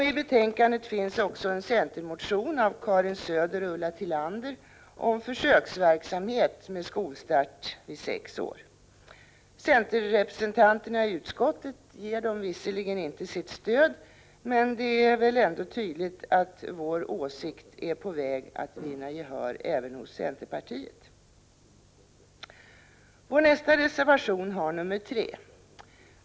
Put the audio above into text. I betänkandet finns också en centermotion av Karin Söder och Ulla Tillander om försöksverksamhet med skolstart vid sex år. Centerrepresentanterna i utskottet ger dem visserligen inte sitt stöd, men det är ändå tydligt att vår åsikt är på väg att vinna gehör även hos centerpartiet. Vår nästa reservation har nr 3.